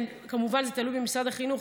כמובן זה תלוי במשרד החינוך.